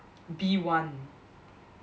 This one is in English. b one